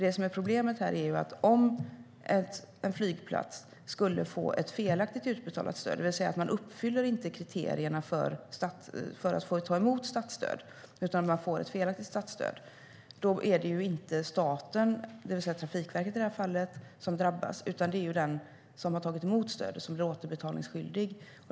Det som är problemet här är att om en flygplats skulle få ett felaktigt utbetalat stöd, det vill säga att om man får ett felaktigt statsstöd eftersom man inte uppfyller kriterierna för att få ta emot statsstöd, då är det inte staten, det vill säga Trafikverket i det här fallet, som drabbas utan den som har tagit emot stödet och då blir återbetalningsskyldig.